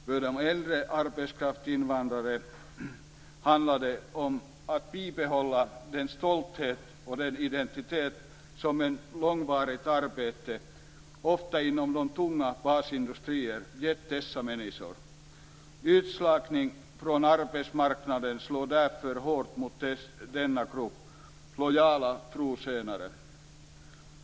För de äldre arbetskraftsinvandrarna handlar det om att bibehålla den stolthet och den identitet som ett långvarigt arbete, ofta inom den tunga basindustrin, har gett dessa människor. Utslagningen från arbetsmarknaden slår därför hårt mot denna grupp lojala trotjänare.